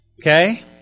Okay